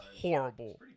horrible